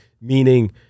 meaning